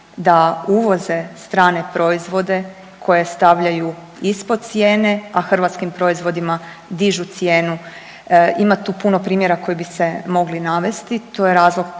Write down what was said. da uvoze strane proizvode koje stavljaju ispod cijene, a hrvatskim proizvodima dižu cijenu. Ima tu puno primjera koji bi se mogli navesti, to je razlog jer